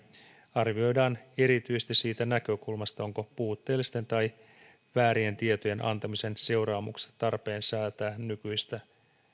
arvioidaan erityisesti siitä näkökulmasta onko puutteellisten tai väärien tietojen antamisen seuraamukset tarpeen säätää nykyistä